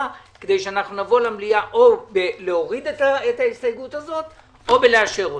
כדי שאנחנו נבוא למליאה ונוריד את ההסתייגות הזאת או לאשר אותה.